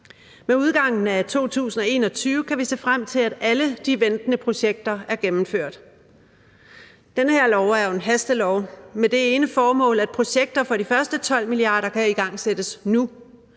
Med udgangen af 2021 kan vi se frem til, at alle de ventende projekter er gennemført. Den her lov er jo en hastelov med det ene formål, at projekter for de første 12 mia. kr. kan igangsættes nu.